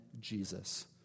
Jesus